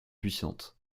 puissante